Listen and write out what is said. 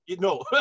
No